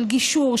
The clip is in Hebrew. של גישור,